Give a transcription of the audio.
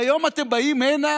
והיום אתם באים הנה